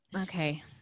Okay